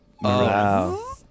Wow